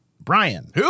Brian